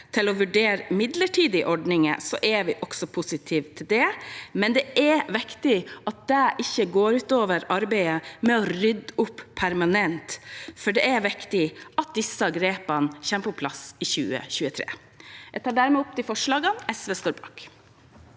til å vurdere midlertidige ordninger, er vi også positive til det, men det er viktig at det ikke går ut over arbeidet med å rydde opp permanent, for det er viktig at disse grepene kommer på plass i 2023. Jeg tar dermed opp de forslagene SV står bak.